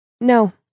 No